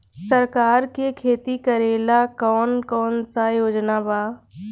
सरकार के खेती करेला कौन कौनसा योजना बा?